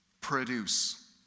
produce